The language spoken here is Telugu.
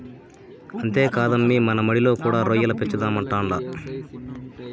అంతేకాదమ్మీ మన మడిలో కూడా రొయ్యల పెంచుదామంటాండా